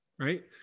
Right